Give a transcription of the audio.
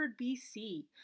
BC